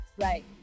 Right